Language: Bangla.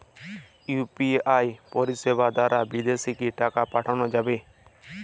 ইউ.পি.আই পরিষেবা দারা বিদেশে কি টাকা পাঠানো যাবে?